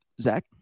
Zach